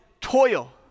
toil